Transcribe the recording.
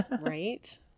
right